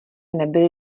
nebyly